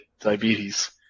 diabetes